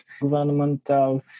governmental